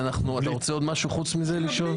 אתה רוצה עוד משהו חוץ מזה לשאול?